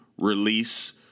release